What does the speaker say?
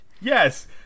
Yes